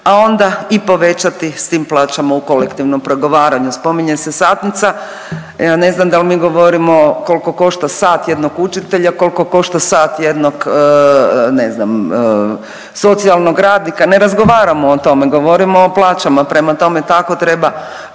a onda i povećati s tim plaćama u kolektivnom pregovaranju. Spominje se satnica, ja ne znam da li mi govorimo koliko košta sat jednog učitelja, koliko košta sat jednog ne znam socijalnog radnika, ne razgovaramo o tome, govorimo o plaćama, prema tome tako treba